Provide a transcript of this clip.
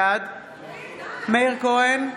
בעד מאיר כהן,